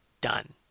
done